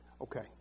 Okay